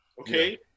okay